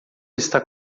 está